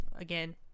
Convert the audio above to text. Again